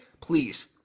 please